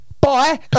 Bye